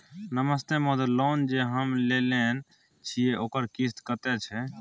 नमस्ते महोदय, लोन जे हम लेने छिये ओकर किस्त कत्ते छै?